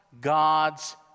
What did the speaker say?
God's